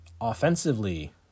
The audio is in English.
Offensively